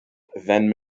then